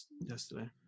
yesterday